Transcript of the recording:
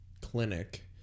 clinic